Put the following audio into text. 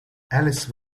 alice